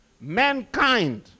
Mankind